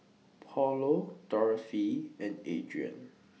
Paulo Dorothy and Adrien